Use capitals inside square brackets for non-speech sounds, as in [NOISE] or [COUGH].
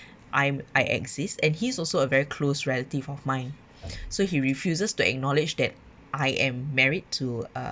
I'm I exist and he's also a very close relative of mine [BREATH] so he refuses to acknowledge that I am married to uh